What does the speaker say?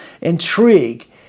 intrigue